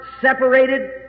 separated